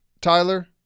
Tyler